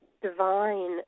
divine